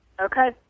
Okay